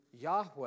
Yahweh